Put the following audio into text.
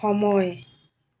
সময়